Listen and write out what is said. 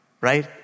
right